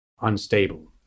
unstable